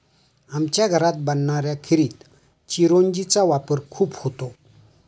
आमच्या घरात बनणाऱ्या खिरीत चिरौंजी चा वापर खूप होतो